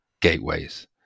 gateways